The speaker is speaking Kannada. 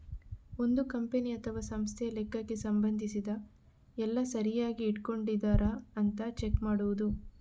ಒಂದು ಕಂಪನಿ ಅಥವಾ ಸಂಸ್ಥೆಯ ಲೆಕ್ಕಕ್ಕೆ ಸಂಬಂಧಿಸಿದ ಎಲ್ಲ ಸರಿಯಾಗಿ ಇಟ್ಕೊಂಡಿದರಾ ಅಂತ ಚೆಕ್ ಮಾಡುದು